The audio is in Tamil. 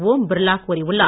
ஒம் பிர்லா கூறியுள்ளார்